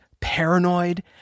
paranoid